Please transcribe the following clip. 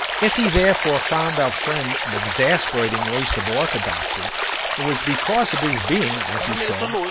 if he therefore found our friend an exasperating waste of orthodoxy it was because of his being, as he said,